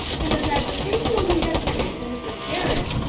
and as i was saying only yesterday to mrs. harris,